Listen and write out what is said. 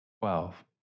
Twelve